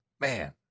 Man